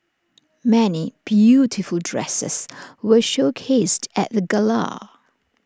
many beautiful dresses were showcased at the gala